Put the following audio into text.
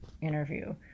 interview